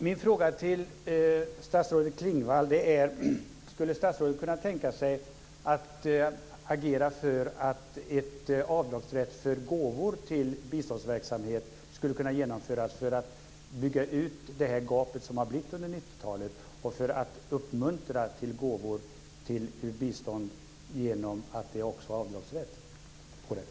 Min fråga till statsrådet Klingvall är om hon skulle kunna tänka sig att agera för att en avdragsrätt för gåvor till biståndsverksamhet skulle kunna genomföras för att fylla ut gapet som har blivit under 90-talet och för att uppmuntra till gåvor till bistånd genom att det finns en avdragsrätt på det?